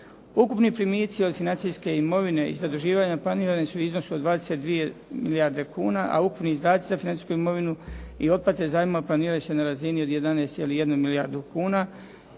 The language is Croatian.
Ukupni primici od financijske imovine i zaduživanja planirani su u iznosu od 22 milijarde kuna, a ukupni izdaci za financijsku imovinu i otplate zajmova planiraju se na razini od 11,1 milijardu kuna